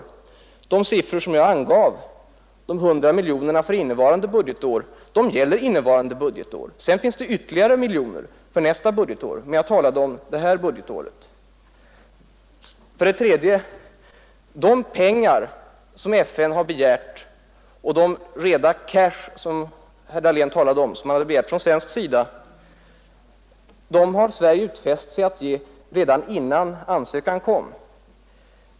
Men de siffror som jag angav, de 100 miljonerna, gäller ju innevarande budgetår. Sedan finns det ytterligare miljoner för nästa budgetår, men jag talade om det här budgetåret. De pengar som FN har begärt från svensk sida — den plain cash som herr Dahlén talade om — har Sverige utfäst sig att ge redan innan ansökan kom.